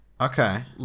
Okay